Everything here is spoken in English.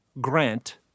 Grant